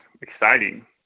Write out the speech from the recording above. exciting